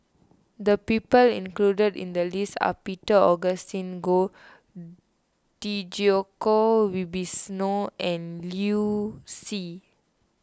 the people included in the list are Peter Augustine Goh Djoko Wibisono and Liu Si